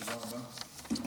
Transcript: תודה רבה.